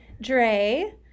Dre